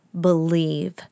believe